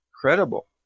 credible